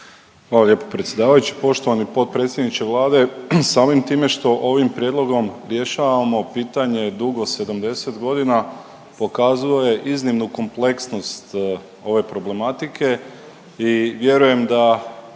Hvala lijepo predsjedavajući. Poštovani potpredsjedniče Vlade, samim time što ovim prijedlogom rješavamo pitanje dugo 70 godina, pokazuje iznimnu kompleksnost ove problematike i vjerujem da